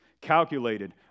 calculated